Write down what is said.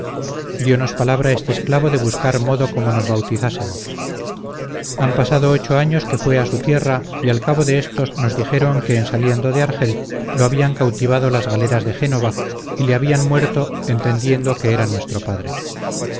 cristiana dionos palabra este esclavo de buscar modo cómo nos bautizásemos han pasado ocho años que fue a su tierra y al cabo de estos nos dijeron que en saliendo de argel lo habían cautivado las galeras de génova y le habían muerto entendiendo que era nuestro padre